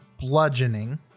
bludgeoning